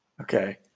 Okay